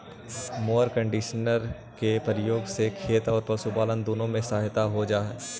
mower conditioner के प्रयोग से खेत औउर पशुपालन दुनो में सहायता हो जा हई